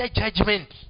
judgment